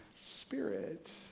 spirit